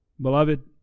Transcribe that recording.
Beloved